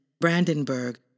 Brandenburg